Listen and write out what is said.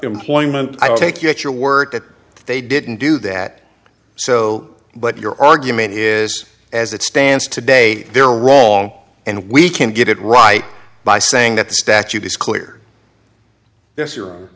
employment i'll take you at your word that they didn't do that so but your argument is as it stands today they're wrong and we can get it right by saying that the statute is clear this year